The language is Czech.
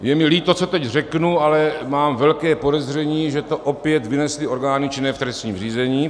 Je mi líto, co teď řeknu, ale mám velké podezření, že to opět vynesly orgány činné v trestním řízení.